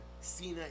Cena